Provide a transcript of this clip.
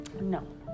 No